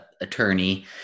attorney